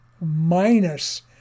minus